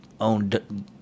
owned